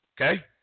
Okay